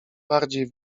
bardziej